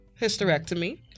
hysterectomy